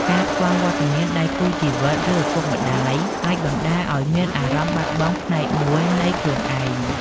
ការខ្វះវត្តមានដៃគូជីវិត ឬឪពុកម្ដាយ អាចបណ្ដាលឲ្យមានអារម្មណ៍បាត់បង់ផ្នែកមួយនៃខ្លួនឯង។